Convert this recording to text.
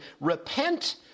repent